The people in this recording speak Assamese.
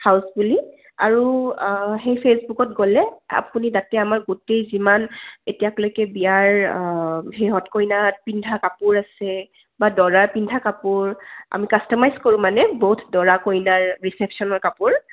হাউচ বুলি আৰু সেই ফেচবুকত গ'লে আপুনি তাতে আমাৰ গোটেই যিমান এতিয়ালৈকে বিয়াৰ সিহঁত কইনাৰ পিন্ধা কাপোৰ আছে বা দৰাৰ পিন্ধা কাপোৰ আমি কাষ্টমাইজ কৰোঁ মানে বহুত দৰা কইনাৰ ৰিচেপচনৰ কাপোৰ